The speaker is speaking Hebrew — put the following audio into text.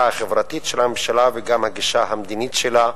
החברתית של הממשלה וגם את הגישה המדינית שלה.